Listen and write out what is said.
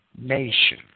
nation